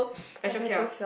petrol kiosk